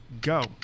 Go